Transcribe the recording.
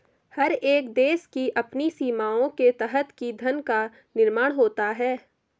हर एक देश की अपनी सीमाओं के तहत ही धन का निर्माण होता है